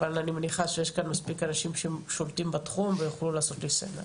אבל אני מניחה שיש כאן מספיק אנשים ששולטים בתחום ויוכלו לעשות לי סדר.